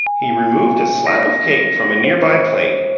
he removed a slab of cake from a near-by plate,